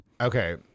Okay